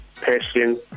passion